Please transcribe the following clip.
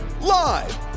Live